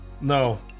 No